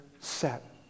set